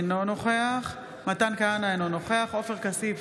אינו נוכח מתן כהנא, אינו נוכח עופר כסיף,